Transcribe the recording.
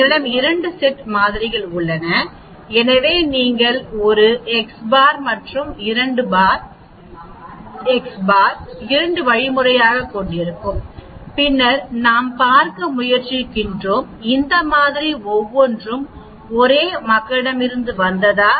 எங்களிடம் 2 செட் மாதிரிகள் உள்ளன எனவே நீங்கள் ஒரு x பார் மற்றும் x இரண்டு பார் இரண்டு வழிமுறையாகக் கொண்டிருக்கும் பின்னர் நாம் பார்க்க முயற்சிக்கிறோம் இந்த மாதிரி ஒவ்வொன்றும் ஒரே மக்களிடமிருந்து வந்ததா